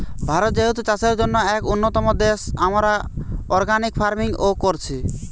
ভারত যেহেতু চাষের জন্যে এক উন্নতম দেশ, আমরা অর্গানিক ফার্মিং ও কোরছি